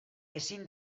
ezin